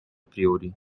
priori